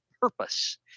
purpose